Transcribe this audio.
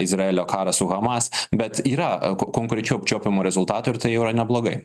izraelio karą su hamas bet yra konkrečių apčiuopiamų rezultatų ir tai jau yra neblogai